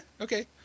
okay